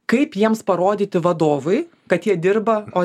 kaip jiems parodyti vadovui kad jie dirba o